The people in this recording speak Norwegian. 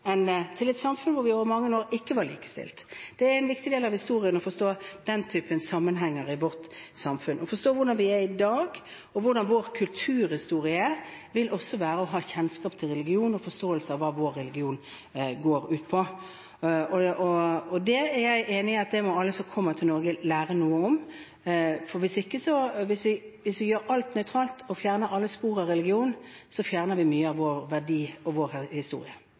til et samfunn hvor vi i mange år ikke var likestilt. Det er en viktig del av historien å forstå den typen sammenhenger i vårt samfunn. Å forstå hvordan vi er i dag, og hvordan vår kulturhistorie er, vil også være å ha kjennskap til religion og forståelse av hva vår religion går ut på. Det er jeg enig i at alle som kommer til Norge, må lære noe om. For hvis vi gjør alt nøytralt og fjerner alle spor av religion, fjerner vi mye av våre verdier og vår historie.